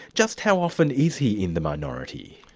just how often is he in the minority?